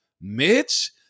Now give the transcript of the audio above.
Mitch